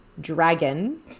dragon